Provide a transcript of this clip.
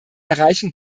erreichen